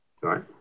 right